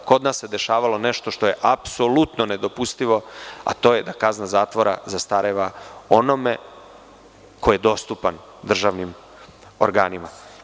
Kod nas se dešavalo nešto što je apsolutno nedopustivo, a to je da kazna zatvora zastareva onome ko je dostupan državnim organima.